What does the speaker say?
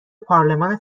پارلمان